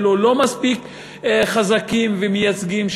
אלו לא מספיק חזקים ומייצגים,